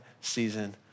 season